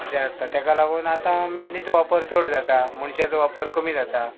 तशें आसता तेका लागून आतां मिसनीचो वापर चड जाता मण्शाचो वापर कमी जाता